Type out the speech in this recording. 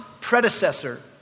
predecessor